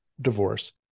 divorce